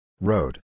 Road